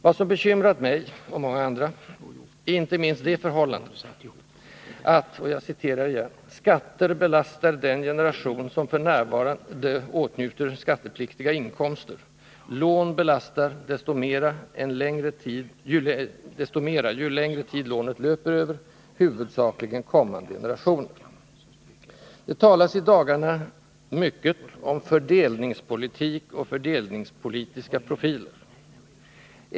Vad som bekymrat mig — och många andra — är inte minst det förhållandet att ”skatter belastar den generation som f.n. åtnjuter skattepliktiga inkomster, lån belastar, desto mera ju längre tid lånen löper över, huvudsakligen kommande generationer”. Det talas i dagarna mycket om ”fördelningspolitik” och ”fördelningspolitiska profiler”.